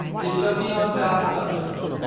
it shall be on that subject.